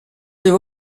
their